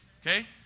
okay